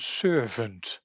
servant